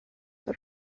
but